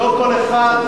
לא כל אחד,